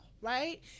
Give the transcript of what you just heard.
right